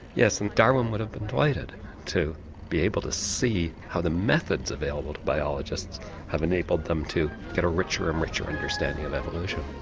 yes, and darwin would have been delighted to be able to see how the methods available to biologists have enabled them to get a richer and richer understanding of evolution.